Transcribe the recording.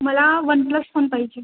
मला OnePlus phone पाहिजे